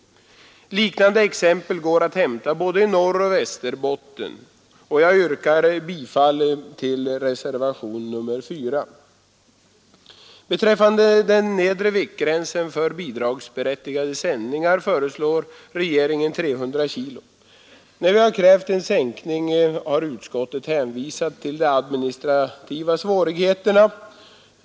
Liknande exempel går att hämta i både Norroch Västerbotten. Jag yrkar bifall till denna reservation. Som nedre viktgräns för bidragsberättigade sändningar föreslår regeringen 300 kg. När vi tidigare har krävt en sänkning har utskottet hänvisat till de administrativa svårigheterna.